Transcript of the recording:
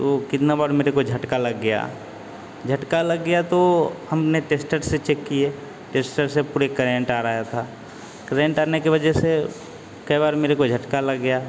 तो कितना बार मुझे झटका लग गया झटका लग गया तो हमने टेस्टर से चेक किया टेस्टर से पूरा करेंट आ रहा था करेंट आने की वजह से कई बार मुझे झटका लग गया